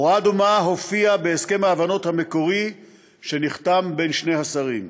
הוראה דומה הופיעה בהסכם ההבנות המקורי שנחתם בין שני השרים.